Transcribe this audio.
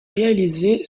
réalisé